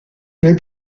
les